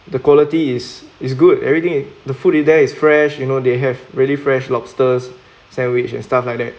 the quality is is good everything the food eat there is fresh you know they have really fresh lobsters sandwich and stuff like that